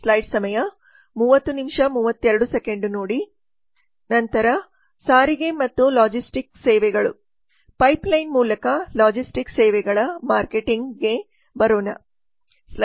ನಂತರ ಸಾರಿಗೆ ಮತ್ತು ಲಾಜಿಸ್ಟಿಕ್ಸ್ ಸೇವೆಗಳು ಪೈಪ್ಲೈನ್ ಮೂಲಕ ಲಾಜಿಸ್ಟಿಕ್ಸ್ ಸೇವೆಗಳ ಮಾರ್ಕೆಟಿಂಗ್ ಬರುತ್ತದೆ